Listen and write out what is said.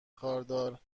خاردار